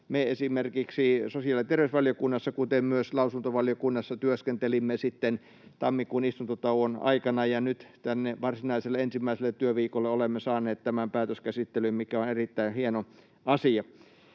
ja esimerkiksi me sosiaali- ja terveysvaliokunnassa, kuten myös lausuntovaliokunnissa, työskentelimme sitten tammikuun istuntotauon aikana, ja nyt tänne varsinaiselle ensimmäiselle työviikolle olemme saaneet tämän päätöskäsittelyyn, mikä on erittäin hieno asia.